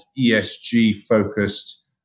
ESG-focused